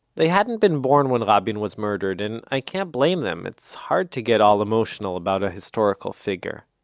they hadn't been born when rabin was murdered, and i can't blame them it's hard to get all emotional about a historical figure.